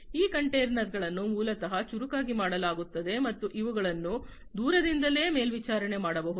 ಈ ಕಂಟೇನರ್ಗಳನ್ನು ಮೂಲತಃ ಚುರುಕಾಗಿ ಮಾಡಲಾಗುತ್ತದೆ ಮತ್ತು ಅವುಗಳನ್ನು ದೂರದಿಂದಲೇ ಮೇಲ್ವಿಚಾರಣೆ ಮಾಡಬಹುದು